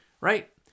right